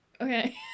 Okay